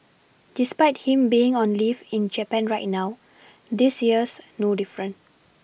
despite him being on leave in Japan right now this year's no different